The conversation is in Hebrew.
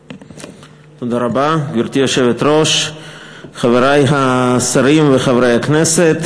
רבה, חברי השרים וחברי הכנסת,